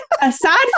aside